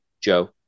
Joe